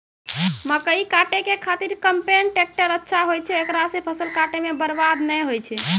मकई काटै के खातिर कम्पेन टेकटर अच्छा होय छै ऐकरा से फसल काटै मे बरवाद नैय होय छै?